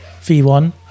v1